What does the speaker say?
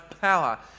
power